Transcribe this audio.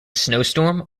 snowstorm